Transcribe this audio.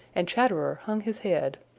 and chatterer hung his head.